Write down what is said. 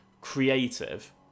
creative